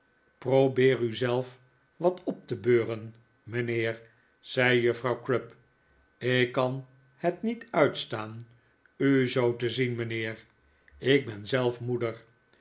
probeer u zelf wat op te beuren mijnheer zei juffrouw crupp ik kan het niet uitstaan u zoo te zien mijnheer ik ben zelf moeder